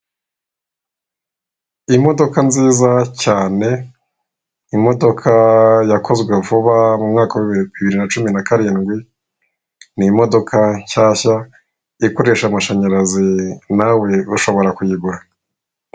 Imodoka nziza cyane, imodoka yakozwe vuba mu mwaka wa bibiri na cumi na karindwi, ni imodoka nshyashya ikoresha amashanyarazi nawe ushobora kuyigura.